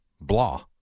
Blah